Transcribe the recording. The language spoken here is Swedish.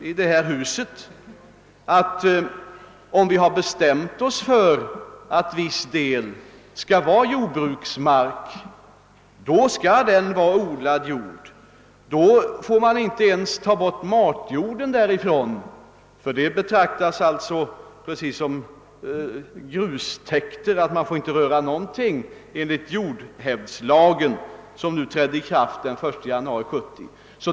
Däremot har vi i detta hus beslutat, att om en viss del skall vara jordbruksmark, då får inte matjorden tas därifrån. Den marken betraktas på samma sätt som grustäkter. Då får man enligt jordhävdslagen, som trädde i kraft den 1 januari i år, inte röra någonting.